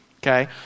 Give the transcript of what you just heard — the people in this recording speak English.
Okay